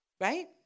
Right